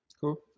cool